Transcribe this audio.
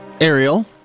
Ariel